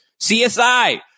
CSI